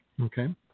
okay